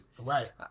Right